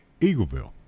Eagleville